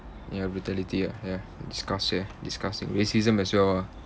ya brutality ah ya disgust~ ya disgusting racism as well ah